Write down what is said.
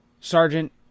Sergeant